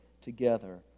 together